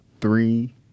three